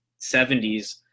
70s